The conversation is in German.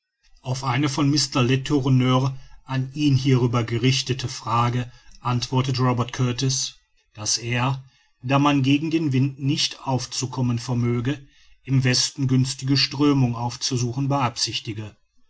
auf eine von mr letourneur an ihn hierüber gerichtete frage antwortet robert kurtis daß er da man gegen den wind nicht aufzukommen vermöge im westen günstige strömungen aufzusuchen beabsichtige